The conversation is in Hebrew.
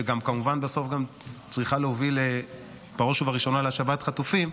וכמובן בסוף גם צריכה להוביל בראש ובראשונה להשבת חטופים,